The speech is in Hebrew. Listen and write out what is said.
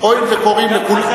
אפילו,